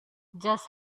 just